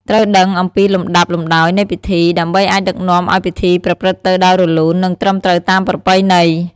ត្រូវដឹងអំពីលំដាប់លំដោយនៃពិធី ដើម្បីអាចដឹកនាំឲ្យពិធីប្រព្រឹត្តទៅដោយរលូន និងត្រឹមត្រូវតាមប្រពៃណី។